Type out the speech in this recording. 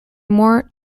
more